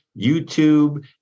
YouTube